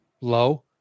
Low